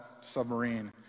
submarine